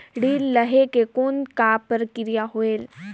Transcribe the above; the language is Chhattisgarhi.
ऋण लहे के कौन का प्रक्रिया होयल?